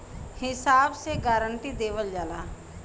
हिसाब से गारंटी देवल जाला